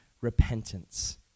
repentance